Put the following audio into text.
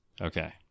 Okay